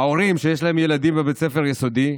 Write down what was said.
ההורים שיש להם ילדים בבית ספר יסודי,